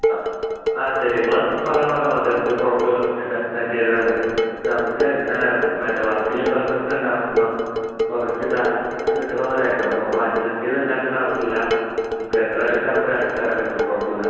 ആ ശരി നിങ്ങൾ പറയുന്നപോലെ മതി നമുക്ക് കുഴപ്പമില്ല നമുക്ക് എല്ലാം അത് ചെയ്തുതരാൻ പറ്റും നമുക്ക് മറ്റെ വർക്കിൽ പെർഫെക്ഷൻ ഉണ്ടാവണം കുറച്ച് കാലങ്ങൾ വരെ നിൽക്കണപോലെ ആയിരിക്കണം അപ്പോൾ നമ്മൾ അഡ്ജസ്റ്റ് ചെയ്ത് ഉണ്ടാക്കേണ്ട ആവശ്യം ഇല്ല നമുക്ക് എത്രയാണെന്ന് വെച്ചാൽ നമുക്ക് എറക്കിത്തരാൻ പറ്റും കുഴപ്പമില്ല